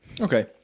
okay